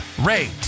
rate